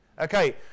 Okay